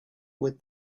with